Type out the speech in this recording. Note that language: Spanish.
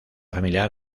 familiar